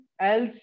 else